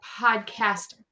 podcast